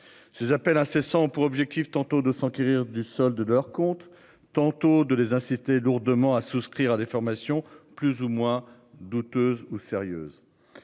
Ces appels incessants pour objectif tantôt de s'enquérir du solde de leurs comptes tantôt de les insister lourdement à souscrire à des formations plus ou moins douteuses ou sérieuse.